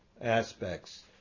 aspects